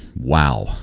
Wow